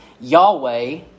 Yahweh